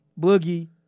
Boogie